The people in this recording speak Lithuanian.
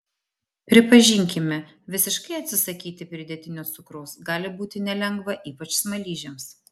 pripažinkime visiškai atsisakyti pridėtinio cukraus gali būti nelengva ypač smaližiams